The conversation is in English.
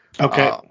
Okay